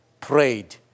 prayed